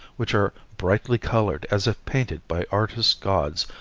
which are brightly colored as if painted by artist gods,